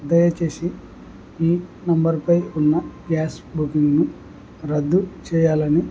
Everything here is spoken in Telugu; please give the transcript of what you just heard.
దయచేసి ఈ నంబర్పై ఉన్న గ్యాస్ బుకింగ్ను రద్దు చేయాలని